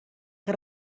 que